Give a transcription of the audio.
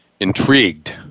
intrigued